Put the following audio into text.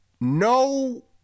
no